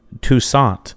Toussaint